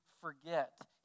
forget